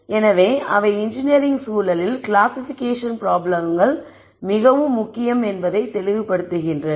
எனவே அவை இன்ஜினியரிங் சூழலில் கிளாசிபிகேஷன் ப்ராப்ளம்கள் மிகவும் முக்கியம் என்பதை தெளிவு படுத்துகின்றது